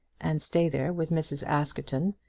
and stay there with mrs. askerton,